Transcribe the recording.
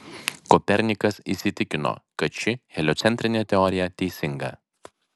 kopernikas įsitikino kad ši heliocentrinė teorija teisinga